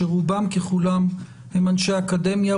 שרובם ככולם הם אנשי אקדמיה,